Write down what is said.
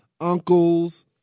uncles